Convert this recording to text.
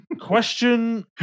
Question